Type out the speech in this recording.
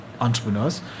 entrepreneurs